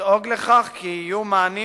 לדאוג לכך שיהיו מענים